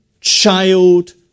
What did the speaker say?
child